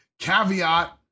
caveat